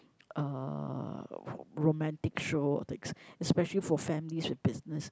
uh romantic show that's especially for families and business